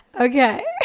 Okay